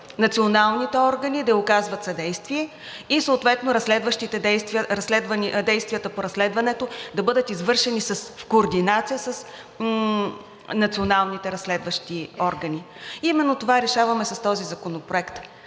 националните органи да ѝ оказват съдействие и съответно действията по разследването да бъдат извършени в координация с националните разследващи органи. Именно това решаваме с този законопроект